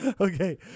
Okay